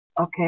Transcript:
Okay